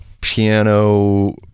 piano